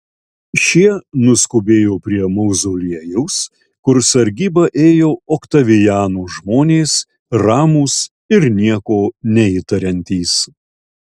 šie nuskubėjo prie mauzoliejaus kur sargybą ėjo oktaviano žmonės ramūs ir nieko neįtariantys